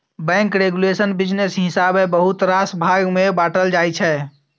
bank regulation business हिसाबेँ बहुत रास भाग मे बाँटल जाइ छै